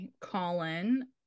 Colin